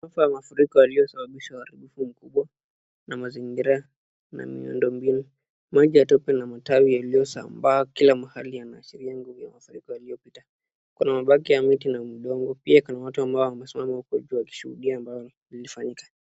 Maafa ya mafuriko yaliyo songeshwa na mazingira na miondo mbinu. Maji ya tope na matawi yaliyosambaa kila mahali yanashiria ni mafuriko yalipopita. Kuna mabaki ya miti na udongo, pia kuna watu ambao waaliosimama huko juu wakishuhudia ambayo yalifanyika.